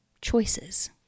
choices